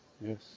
Yes